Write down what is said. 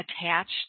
attached